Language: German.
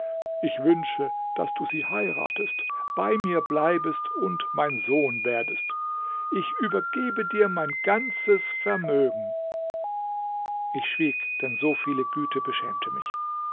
ich wünsche daß du sie heiratest bei mir bleibest und mein sohn werdest ich übergebe dir mein ganzes vermögen ich schwieg denn so viele güte beschämte mich